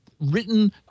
written